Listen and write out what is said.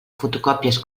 fotocòpies